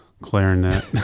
clarinet